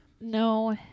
no